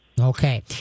Okay